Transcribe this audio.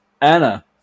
Anna